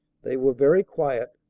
they were very quiet,